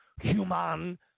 Human